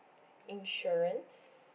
insurance